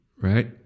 right